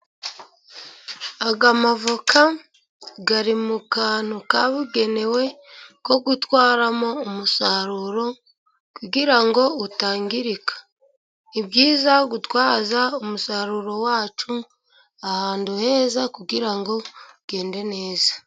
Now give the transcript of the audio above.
Aya mavoka ari mu kantu kagenewe ko gutwaramo umusaruro kugirango utangirika, nibyiza gutwara umusaruro wacu ahantu heza kugira ngo ugende neza.